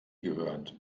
gehört